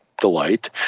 delight